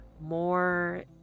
more